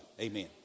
Amen